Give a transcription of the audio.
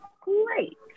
Great